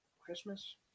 Christmas